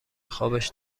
خابش